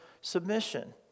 submission